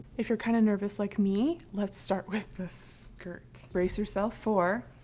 if you're kind of nervous like me, let's start with the skirt. brace yourself for.